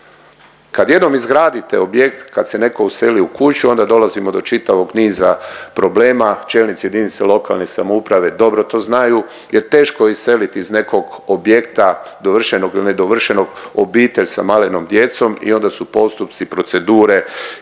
Kad jednom izgradite objekt, kad se neko useli u kuću onda dolazimo do čitavog niza problema, čelnici jedinica lokalne samouprave dobro to znaju jer teško je iseliti iz nekog objekta dovršenog ili nedovršenog obitelj sa malenom djecom i onda su postupci, procedure i